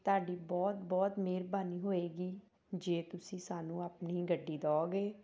ਤੁਹਾਡੀ ਬਹੁਤ ਬਹੁਤ ਮਿਹਰਬਾਨੀ ਹੋਏਗੀ ਜੇ ਤੁਸੀਂ ਸਾਨੂੰ ਆਪਣੀ ਗੱਡੀ ਦਿਓਗੇ